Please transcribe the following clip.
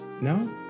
No